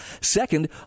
Second